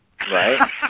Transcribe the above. Right